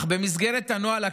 אך במסגרת הנוהל הקיים,